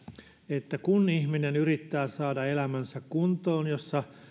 että kun ihminen yrittää saada elämänsä kuntoon missä